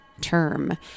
term